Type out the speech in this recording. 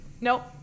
Nope